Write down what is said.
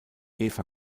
eva